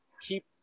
keep